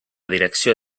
direcció